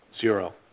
Zero